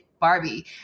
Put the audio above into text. Barbie